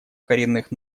коренных